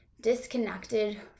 disconnected